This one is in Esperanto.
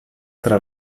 tra